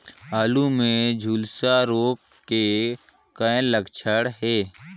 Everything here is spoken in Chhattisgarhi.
आलू मे झुलसा रोग के कौन लक्षण हे?